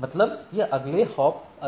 मतलब यह अगले हॉप आधारित चीज़ है